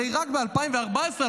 הרי רק בשנת 2014,